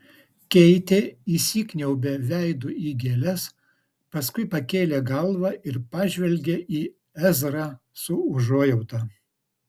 keitė įsikniaubė veidu į gėles paskui pakėlė galvą ir pažvelgė į ezrą su užuojauta